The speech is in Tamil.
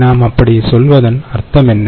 நாம் அப்படி சொல்வதன் அர்த்தம் என்ன